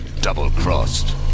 Double-crossed